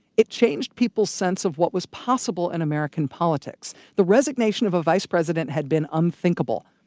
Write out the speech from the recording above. it changed people's sense of what was possible in american politics. the resignation of a vice president had been unthinkable,